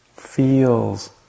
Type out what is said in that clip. feels